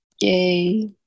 Yay